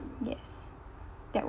yes that would